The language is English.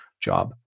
job